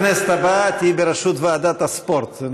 בכנסת הבאה תהיי בראשות ועדת הספורט.